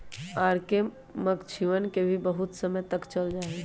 R K K मक्षिणवन भी बहुत समय तक चल जाहई